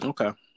Okay